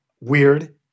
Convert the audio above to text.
weird